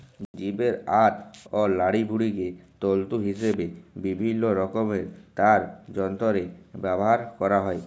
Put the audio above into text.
জীবের আঁত অ লাড়িভুঁড়িকে তল্তু হিসাবে বিভিল্ল্য রকমের তার যল্তরে ব্যাভার ক্যরা হ্যয়